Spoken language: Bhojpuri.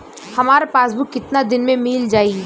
हमार पासबुक कितना दिन में मील जाई?